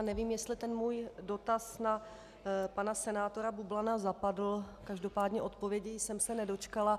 Nevím, jestli ten můj dotaz na pana senátora Bublana zapadl, každopádně odpovědi jsem se nedočkala.